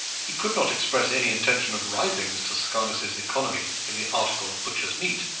he could not express any intention of rivalling mr. scarness's economy in the article of butcher's meat,